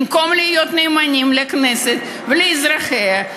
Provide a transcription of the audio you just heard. במקום להיות נאמנים לכנסת ולאזרחיה,